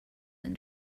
than